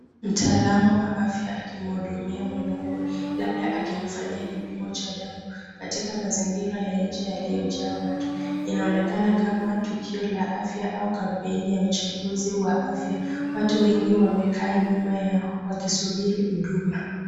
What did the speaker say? Mtaalamu wa afya akimhudumia mwanaume labda akimfanyia kipimo cha damu katika mazingira ya nje ilio jaa watu. Ina onekana kama tukio la afya au kampeni la uchunguzi wa afya, watu wengi wame kaa nyuma yao wakisubiri huduma.